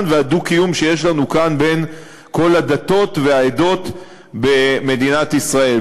והדו-קיום שיש לנו כאן בין כל הדתות והעדות במדינת ישראל.